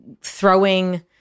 throwing